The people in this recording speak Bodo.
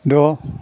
द'